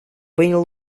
принял